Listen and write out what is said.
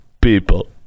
People